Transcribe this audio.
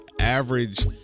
average